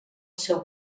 seu